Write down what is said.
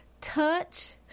touch